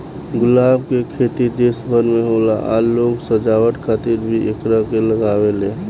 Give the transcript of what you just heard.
गुलाब के खेती देश भर में होला आ लोग सजावट खातिर भी एकरा के लागावेले